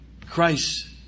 Christ